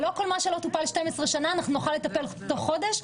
ולא בכל מה שלא טופל 12 שנה אנחנו נוכל לטפל בתוך חודש.